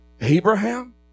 Abraham